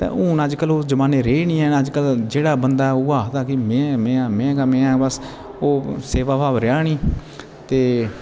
ते हुन अज्जकल ओह ज़माने रेह नी ऐन अज्जकल जेह्ड़ा बंदा उ'ये आखदा मै हा मै गै मै हा बस ओह् सेवा भाव रेहा नी ते